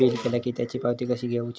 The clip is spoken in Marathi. बिल केला की त्याची पावती कशी घेऊची?